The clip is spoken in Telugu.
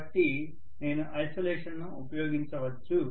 కాబట్టి నేను ఐసోలేషన్ను ఉపయోగించవచ్చు